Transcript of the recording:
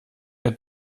der